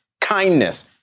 kindness